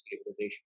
stabilization